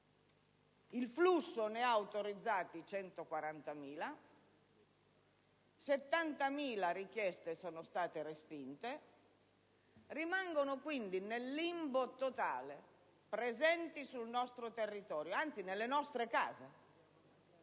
il flusso ne ha autorizzati 140.000 e 70.000 richieste sono state respinte; rimangono quindi nel limbo totale, presenti sul nostro territorio - anzi, nelle nostre case